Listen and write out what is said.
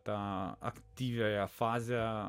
tą aktyviąją fazę